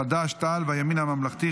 חד"ש-תע"ל והימין הממלכתי.